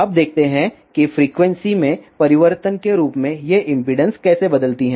अब देखते हैं कि फ्रीक्वेंसी में परिवर्तन के रूप में ये इम्पीडेन्स कैसे बदलती हैं